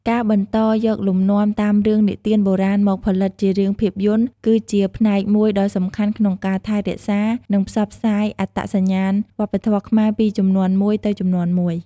ការបន្តយកលំនាំតាមរឿងនិទានបុរាណមកផលិតជាខ្សែភាពយន្ត គឺជាផ្នែកមួយដ៏សំខាន់ក្នុងការថែរក្សា និងផ្សព្វផ្សាយអត្តសញ្ញាណវប្បធម៌ខ្មែរពីជំនាន់មួយទៅជំនាន់មួយ។